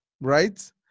right